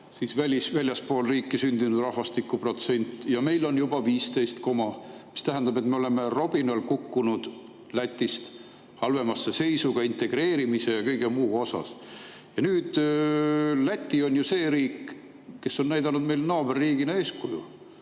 väljaspool riiki sündinud rahvastiku protsent, meil on juba 15 koma millegagi. See tähendab, et me oleme robinal kukkunud Lätist halvemasse seisu ka integreerimise ja kõige muu osas. Läti on ju see riik, kes on näidanud meile naaberriigina eeskuju.